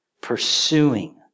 pursuing